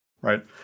right